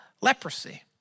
leprosy